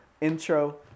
intro